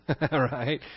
right